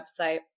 website